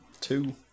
Two